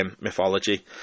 mythology